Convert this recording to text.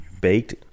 baked